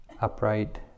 upright